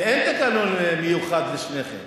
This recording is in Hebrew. כי אין תקנון מיוחד לשניכם.